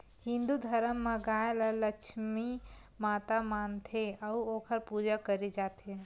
हिंदू धरम म गाय ल लक्छमी माता मानथे अउ ओखर पूजा करे जाथे